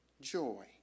Joy